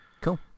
Cool